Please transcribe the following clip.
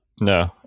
No